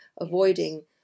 avoiding